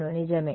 అవును నిజమే